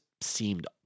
seemed